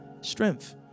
Strength